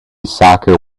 soccer